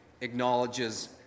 acknowledges